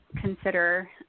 Consider